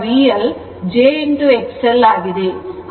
ಕೋನ 45 o ಆಗಿದೆ